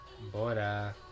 Bora